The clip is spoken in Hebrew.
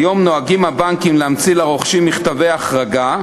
היום נוהגים הבנקים להמציא לרוכשים מכתבי החרגה,